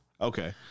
Okay